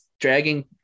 dragging